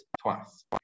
twice